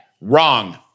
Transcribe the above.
Wrong